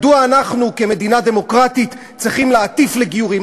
מדוע אנחנו כמדינה דמוקרטית צריכים להטיף לגיורים?